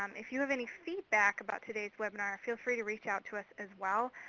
um if you have any feedback about today's webinar, feel free to reach out to us, as well.